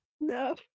No